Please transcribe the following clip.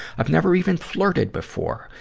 i've never even flirted before.